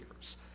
years